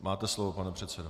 Máte slovo, pane předsedo.